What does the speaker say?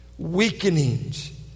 weakenings